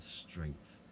strength